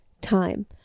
time